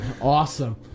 awesome